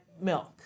milk